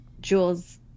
Jules